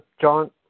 John